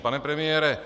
Pane premiére...